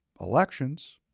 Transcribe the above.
elections